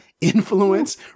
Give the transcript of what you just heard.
influence